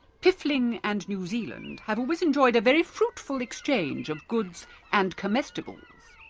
piffling and new zealand have always enjoyed a very fruitful exchange of goods and comestibles.